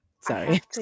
Sorry